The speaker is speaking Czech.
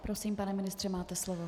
Prosím, pane ministře, máte slovo.